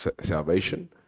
salvation